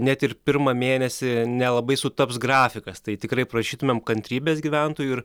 net ir pirmą mėnesį nelabai sutaps grafikas tai tikrai prašytumėm kantrybės gyventojų ir